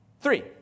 Three